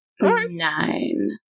Nine